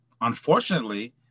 unfortunately